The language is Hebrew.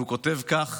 הוא כתב כך: